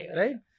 right